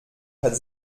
hat